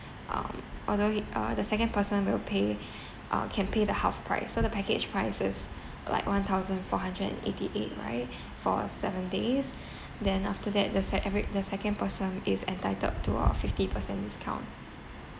um although he uh the second person will pay uh can pay the half price so the package prices like one thousand four hundred and eighty eight right for seven days then after that the se~ every the second person is entitled to a fifty percent discount